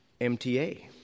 MTA